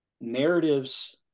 narratives